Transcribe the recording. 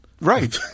Right